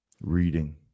reading